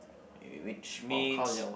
in which means